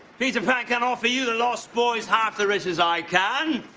peter pan can't offer you the lost boys half the riches i can.